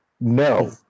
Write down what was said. no